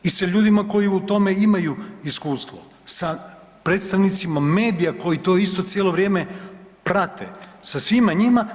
I sa ljudima koji u tome imaju iskustvo, sa predstavnicima medija koji to isto cijelo vrijeme prate, sa svima njima.